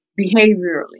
behaviorally